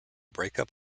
breakup